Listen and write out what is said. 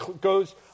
goes